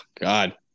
God